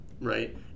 right